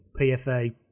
PFA